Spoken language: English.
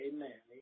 Amen